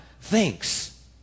thinks